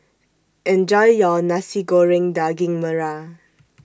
Enjoy your Nasi Goreng Daging Merah